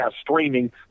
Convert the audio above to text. streaming